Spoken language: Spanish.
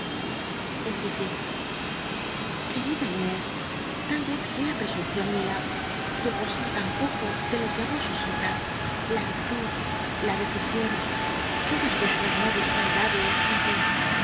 insistí querida inés tal yez sea presuncion mia que poseo tao poco de lo que í vos os sobra la vklud la biblioteca nacional de españa da vid copperfield decision todas vuestras nobles cualidades en fin